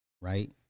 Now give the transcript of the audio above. right